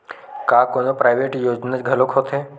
का कोनो प्राइवेट योजना घलोक होथे?